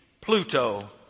Pluto